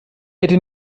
hätte